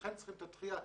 לכן צריכים את הדחייה,